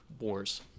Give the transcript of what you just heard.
wars